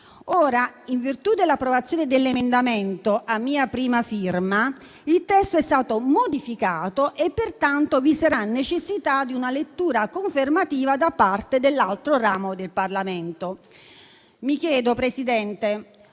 Ora, in virtù dell'approvazione dell'emendamento a mia prima firma, il testo è stato modificato e pertanto vi sarà necessità di una lettura confermativa da parte dell'altro ramo del Parlamento. Mi chiedo, Presidente,